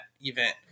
event